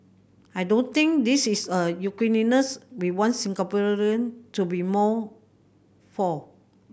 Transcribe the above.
I don't think this is a uniqueness we want Singaporean to be more for